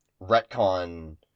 retcon